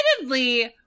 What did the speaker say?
admittedly